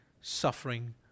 suffering